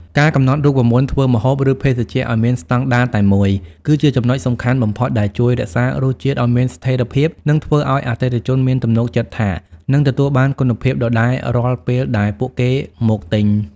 ការកំណត់រូបមន្តធ្វើម្ហូប ឬភេសជ្ជៈឱ្យមានស្ដង់ដារតែមួយ គឺជាចំណុចសំខាន់បំផុតដែលជួយរក្សារសជាតិឱ្យមានស្ថិរភាព និងធ្វើឱ្យអតិថិជនមានទំនុកចិត្តថានឹងទទួលបានគុណភាពដដែលរាល់ពេលដែលពួកគេមកទិញ។